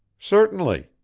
certainly,